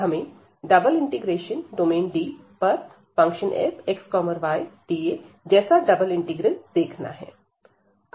हमें ∬DfxydA जैसा double integral देखना है